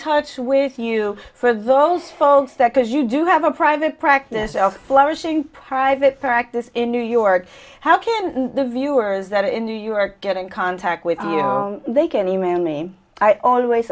touch with you for those souls that because you do have a private practice flourishing private practice in new york how can the viewers that in new york get in contact with you they can email me i always